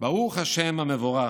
ברוך ה' המבורך,